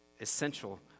essential